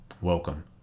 welcome